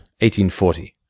1840